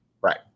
Right